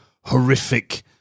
horrific